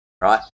Right